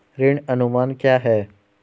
ऋण अनुमान क्या है?